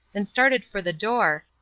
and started for the door,